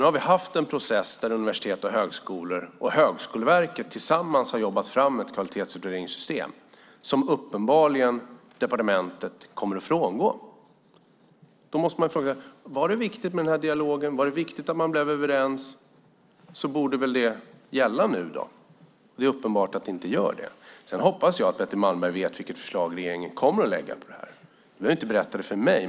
Vi har nu haft en process där universitet och högskolor och Högskoleverket tillsammans har jobbat fram ett kvalitetsutvärderingssystem som departementet uppenbarligen kommer att frångå. Var det viktigt med dialogen och att man var överens borde väl det gälla. Det är uppenbart att det inte gör det. Sedan hoppas jag att Betty Malmberg vet vilket förslag som regeringen kommer att lägga fram om detta. Ni behöver inte berätta det för mig.